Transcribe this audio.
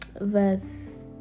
verse